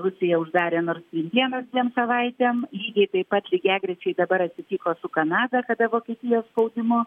rusija uždarė nord strym vienas dviem savaitėm lygiai taip pat lygiagrečiai dabar atsitiko su kanada kada vokietijos spaudimu